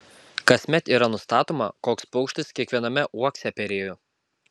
kasmet yra nustatoma koks paukštis kiekviename uokse perėjo